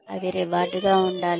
అవి రివార్డ్ గా ఉండాలి